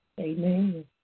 Amen